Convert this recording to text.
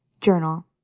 journal